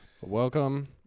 Welcome